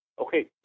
Okay